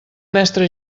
mestre